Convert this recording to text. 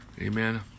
Amen